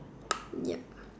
ya